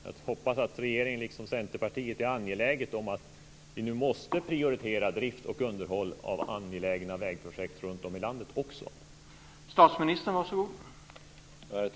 Jag hoppas att regeringen liksom Centerpartiet är angelägen om att prioritera drift och underhåll av angelägna vägprojekt runtom i landet.